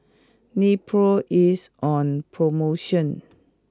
Nepro is on promotion